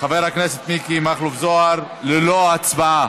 חבר הכנסת מיקי מכלוף זוהר, ללא הצבעה.